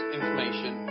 information